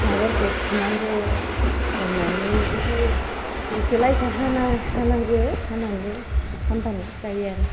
हाफोरखौ सुनांगो सुस्रांनानि ओमफाय बिखो लाइखो हानां हानांगो हानानि खामबानो जायो आरो